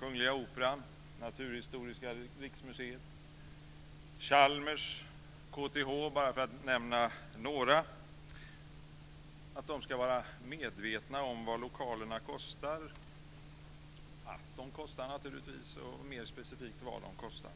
Kungliga Operan, Naturhistoriska riksmuseet, Chalmers och KTH bara för att nämna några ska vara medvetna om vad lokalerna kostar - att de kostar naturligtvis, och mer specifikt vad de kostar.